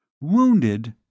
Wounded